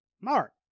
Mark